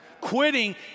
Quitting